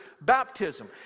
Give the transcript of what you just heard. baptism